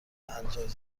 الجزیره